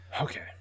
Okay